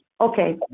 Okay